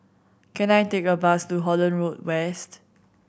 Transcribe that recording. can I take a bus to Holland Road West